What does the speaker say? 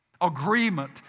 agreement